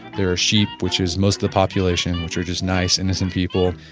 there are sheep which is most of the population which are just nice, innocent people.